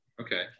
Okay